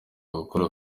gukora